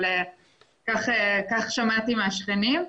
אבל כך שמעתי מהשכנים,